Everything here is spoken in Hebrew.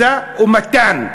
משא-ומתן.